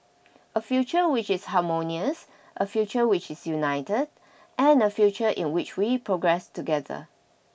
a future which is harmonious a future which is united and a future in which we progress together